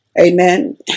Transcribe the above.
Amen